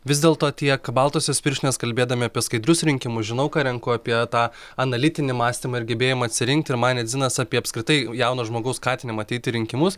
vis dėlto tiek baltosios pirštinės kalbėdami apie skaidrius rinkimų žinau ką renku apie tą analitinį mąstymą ir gebėjimą atsirinkti ir man ne dzinas apie apskritai jauno žmogaus skatinimą ateiti į rinkimus